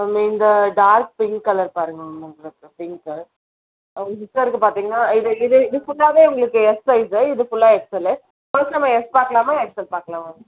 ma'am இந்த dark pink colour பாருங்கள் ma'am உங்களுக்கு பிங்க்கு இப்போ இருக்குது பார்த்தீங்கன்னா இது இது இது ஃபுல்லாகவே உங்களுக்கு எக்ஸ் சைஸ்ஸு இது ஃபுல்லாக எக்ஸ்எல்லு ஃபஸ்ட் நம்ம எக்ஸ் பார்க்கலாமா எக்ஸ்எல் பார்க்கலாமா மேம்